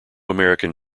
american